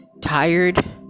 tired